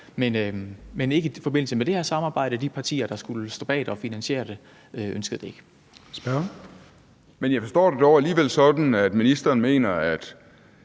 men ikke i forbindelse med det her samarbejde. De partier, der skulle stå bag det og finansiere det, ønskede det ikke. Kl. 13:33 Den fg. formand (Jens Henrik